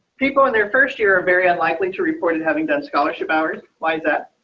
people in their first year, ah very unlikely to report and having done scholarship hours. why is that